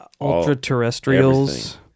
ultra-terrestrials